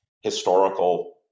historical